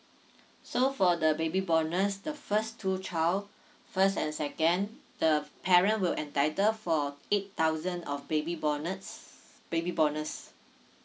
so for the baby bonus the first two child first and second the parent will entitle for eight thousand of baby bonus baby bonus